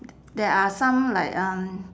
there are some like um